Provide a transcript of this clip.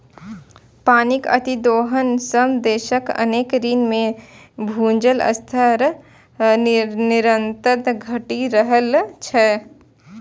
पानिक अतिदोहन सं देशक अनेक क्षेत्र मे भूजल स्तर निरंतर घटि रहल छै